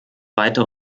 weiter